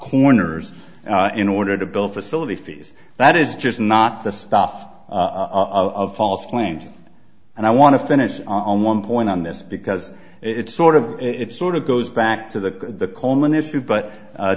corners in order to build facilities that is just not the stuff of false claims and i want to finish on one point on this because it's sort of it sort of goes back to the the coleman issue but